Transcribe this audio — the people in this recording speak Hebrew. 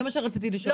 זה מה שרציתי לשאול.